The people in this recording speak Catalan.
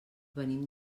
venim